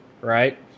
right